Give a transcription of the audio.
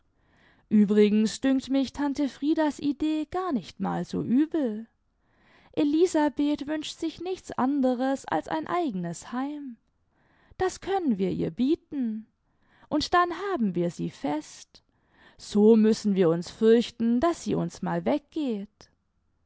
übrigens dünkt mich tante friedas idee gar nicht mal so übel elisabeth wünscht sich nichts anderes als ein eigenes heim das können wir ihr bieten und dann haben wir sie fest so müssen wir uns fürchten daß sie uns mal weggeht